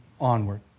onward